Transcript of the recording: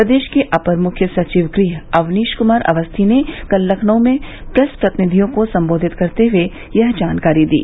प्रदेश के अपर मुख्य सचिव गृह अवनीश कुमार अवस्थी ने कल लखनऊ में प्रेस प्रतिनिधियों को सम्बोधित करते हुए यह जानकारी दी